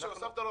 לא